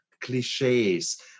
cliches